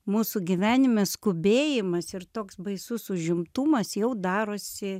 mūsų gyvenime skubėjimas ir toks baisus užimtumas jau darosi